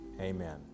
Amen